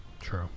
true